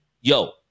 Yo